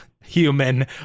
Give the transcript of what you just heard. human